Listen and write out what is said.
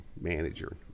manager